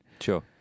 Sure